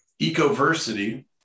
EcoVersity